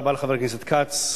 תודה רבה לחבר הכנסת כץ,